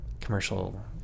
commercial